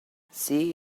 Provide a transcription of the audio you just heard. see